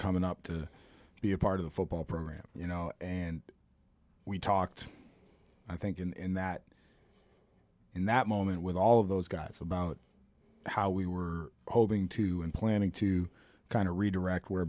coming up to be a part of the football program you know and we talked i think in that in that moment with all of those guys about how we were holding to and planning to kind of redirect where